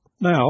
Now